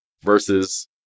versus